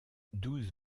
douze